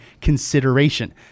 consideration